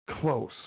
close